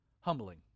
Humbling